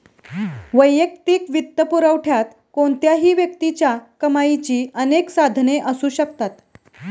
वैयक्तिक वित्तपुरवठ्यात कोणत्याही व्यक्तीच्या कमाईची अनेक साधने असू शकतात